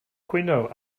cwyno